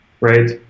right